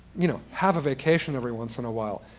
you know, have a vacation every once in a while.